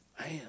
Man